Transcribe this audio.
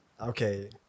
Okay